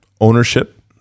ownership